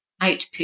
output